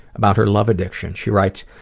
about her love addiction, she writes,